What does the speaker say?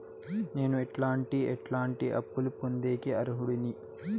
నేను ఎట్లాంటి ఎట్లాంటి అప్పులు పొందేకి అర్హుడిని?